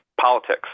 politics